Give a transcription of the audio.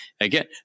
Again